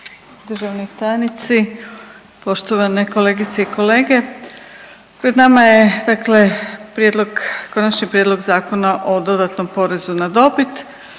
državni tajnici, poštovane kolegice i kolege. Pred nama je dakle prijedlog, Konačni prijedlog Zakona o dodatnom porezu na dobit